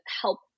help